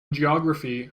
geography